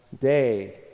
day